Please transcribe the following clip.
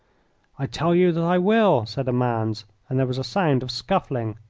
i tell you that i will! said a man's, and there was a sound of scuffling.